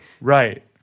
Right